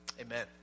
Amen